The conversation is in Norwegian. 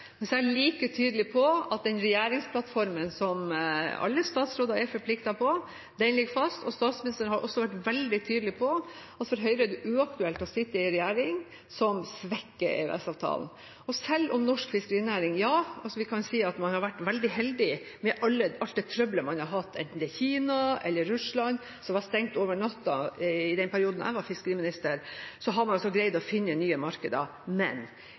Men så er jeg like tydelig på at den regjeringsplattformen som alle statsråder er forpliktet på, ligger fast. Statsministeren har også vært veldig tydelig på at for Høyre er det uaktuelt å sitte i en regjering som svekker EØS-avtalen. Norsk fiskerinæring – ja, vi kan si at man har vært veldig heldig etter alt det trøbbelet man har hatt, enten det er Kina eller Russland, som ble stengt over natta i den perioden jeg var fiskeriminister – har altså greid å finne nye markeder. Men